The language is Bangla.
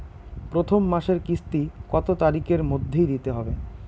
প্রথম মাসের কিস্তি কত তারিখের মধ্যেই দিতে হবে?